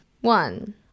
One